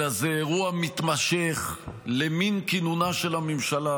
אלא זה אירוע מתמשך למן כינונה של הממשלה,